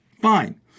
Fine